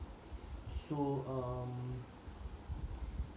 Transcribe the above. so um